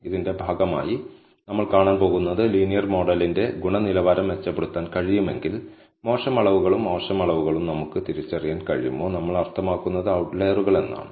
ഇതിന്റെ ഭാഗമായി നമ്മൾ കാണാൻ പോകുന്നത് ലീനിയർ മോഡലിന്റെ ഗുണനിലവാരം മെച്ചപ്പെടുത്താൻ കഴിയുമെങ്കിൽ മോശം അളവുകളും മോശം അളവുകളും നമുക്ക് തിരിച്ചറിയാൻ കഴിയുമോ നമ്മൾ അർത്ഥമാക്കുന്നത് ഔട്ട്ലറുകൾ എന്നാണ്